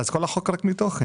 אז כל החוק ריק מתוכן.